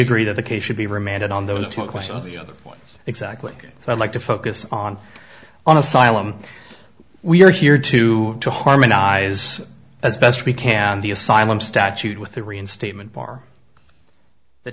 agree that the case should be remanded on those two questions the other ones exactly so i'd like to focus on on asylum we are here to to harmonize as best we can the asylum statute with the reinstatement bar the